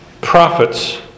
prophets